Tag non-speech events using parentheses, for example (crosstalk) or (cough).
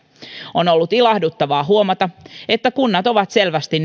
on ollut ilahduttavaa huomata että kunnat ovat selvästi (unintelligible)